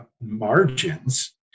margins